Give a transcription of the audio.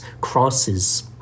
crosses